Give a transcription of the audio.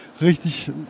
richtig